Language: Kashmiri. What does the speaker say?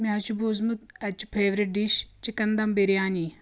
مےٚ حظ چھُ بوٗزمُت اَتہِ چھُ favourite dish chicken dum biryani